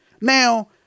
Now